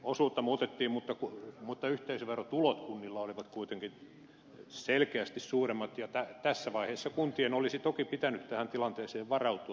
osuutta muutettiin mutta yhteisöverotulot olivat kunnilla kuitenkin selkeästi suuremmat ja tässä vaiheessa kuntien olisi toki pitänyt tähän tilanteeseen varautua